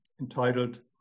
entitled